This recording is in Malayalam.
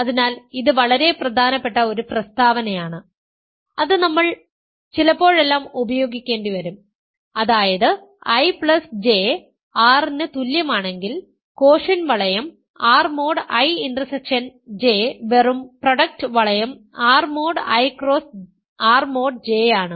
അതിനാൽ ഇത് വളരെ പ്രധാനപ്പെട്ട ഒരു പ്രസ്താവനയാണ് അത് നമ്മൾ നമ്മൾ ചിലപ്പോഴെല്ലാം ഉപയോഗിക്കേണ്ടിവരും അതായത് IJ R ന് തുല്യമാണെങ്കിൽ കോഷ്യന്റ് വളയം R mod I intersection J വെറും പ്രൊഡക്ട് വളയം R mod I cross R mod J ആണ്